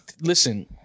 Listen